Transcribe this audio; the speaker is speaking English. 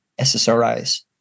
SSRIs